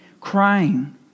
crying